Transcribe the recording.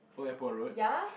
Old-Airport-Road